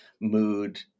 mood